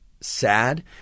sad